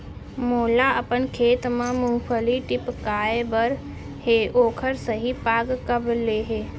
मोला अपन खेत म मूंगफली टिपकाय बर हे ओखर सही पाग कब ले हे?